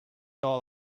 all